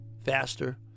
faster